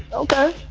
ok